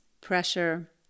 pressure